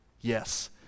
yes